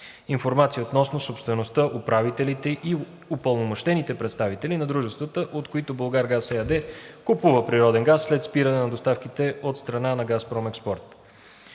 информация относно собствеността, управителите и упълномощените представители на дружествата, от които „Булгаргаз“ ЕАД купува природен газ след спиране на доставките от страна на ООО „Газпром Експорт“;